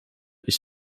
ich